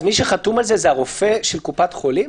אז מי שחתום על זה, זה הרופא של קופת חולים?